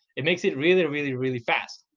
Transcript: it makes it really, really, really fast.